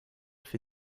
für